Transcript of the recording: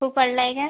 खूप पडला आहे का